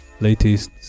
latest